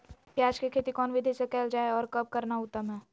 प्याज के खेती कौन विधि से कैल जा है, और कब करना उत्तम है?